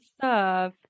serve